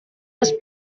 les